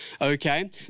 okay